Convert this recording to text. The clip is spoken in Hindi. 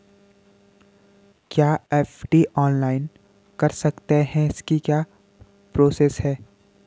क्या एफ.डी ऑनलाइन कर सकते हैं इसकी क्या प्रोसेस है?